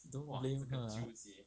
her ah